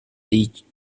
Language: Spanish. dichos